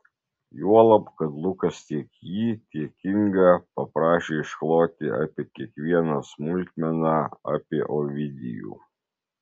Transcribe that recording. juolab kad lukas tiek jį tiek ingą paprašė iškloti kiekvieną smulkmeną apie ovidijų